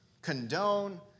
condone